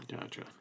Gotcha